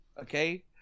okay